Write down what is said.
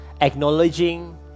acknowledging